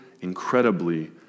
incredibly